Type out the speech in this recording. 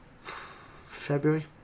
February